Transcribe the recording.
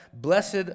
blessed